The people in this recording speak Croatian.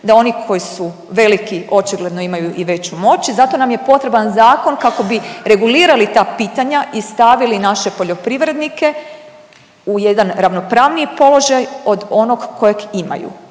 da oni koji su veliki očigledno imaju i veću moć i zato nam je potreban zakon kako bi regulirali ta pitanja i stavili naše poljoprivrednike u jedan ravnopravniji položaj od onog kojeg imaju.